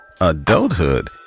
Adulthood